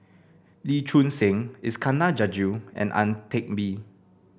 Lee Choon Seng Iskandar Jalil and Ang Teck Bee